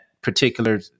particular